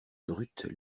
brutes